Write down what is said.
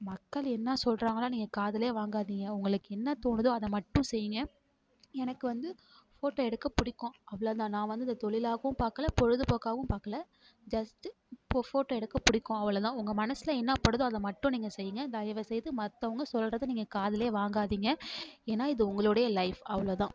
மக்கள் என்ன சொல்கிறாங்கனா நீங்கள் காதில் வாங்காதீங்க உங்களுக்கு என்ன தோணுதோ அதை மட்டும் செய்யுங்க எனக்கு வந்து ஃபோட்டோ எடுக்க பிடிக்கும் அவ்வளோ தான் நான் வந்து அதை தொழிலாகவும் பார்க்கல பொழுதுபோக்காகவும் பார்க்கல ஜஸ்ட்டு இப்போ ஃபோட்டோ எடுக்க பிடிக்கும் அவ்வளோ தான் உங்க மனதில் என்னப்படுதோ அதை மட்டும் நீங்கள் செய்யுங்க தயவுசெய்து மற்றவங்க சொல்கிறத நீங்கள் காதில் வாங்காதீங்க ஏன்னால் இது உங்களுடைய லைஃப் அவ்வளோ தான்